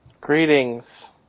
Greetings